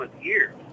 years